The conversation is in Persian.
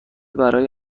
برای